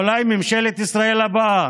אולי ממשלת ישראל הבאה,